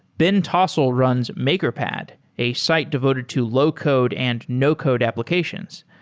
ben tossell runs makerpad, a site devoted to low-code and no-code applications.